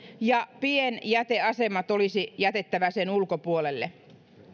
ja pienjäteasemat olisi jätettävä sen ulkopuolelle